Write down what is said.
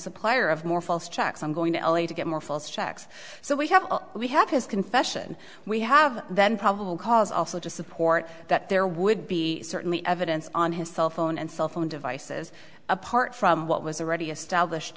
supplier of more false checks i'm going to l a to get more false checks so we have we have his confession we have then probable cause also to support that there would be certainly evidence on his cell phone and cell phone devices apart from what was already established